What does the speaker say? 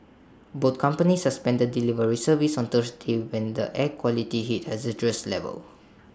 both companies suspended delivery service on Thursday when the air quality hit hazardous levels